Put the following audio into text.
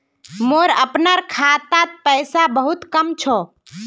मोर अपनार खातात पैसा बहुत कम छ